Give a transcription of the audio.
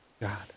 God